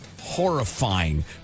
horrifying